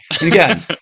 again